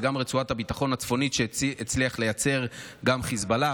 ורצועת הביטחון הצפונית שהצליח לייצר גם חיזבאללה,